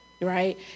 right